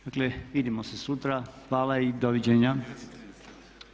Dakle vidimo se sutra, hvala i doviđenja. … [[Upadica se ne čuje.]] U